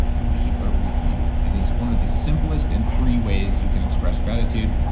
leave a review. it is one of the simplest and free ways you can express gratitude.